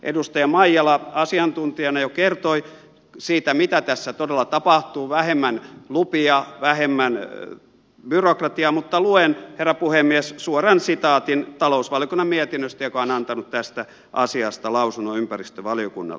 edustaja maijala asiantuntijana jo kertoi siitä mitä tässä todella tapahtuu vähemmän lupia vähemmän byrokratiaa mutta luen herra puhemies suoran sitaatin talousvaliokunnan tästä asiasta antamasta lausunnosta ympäristövaliokunnalle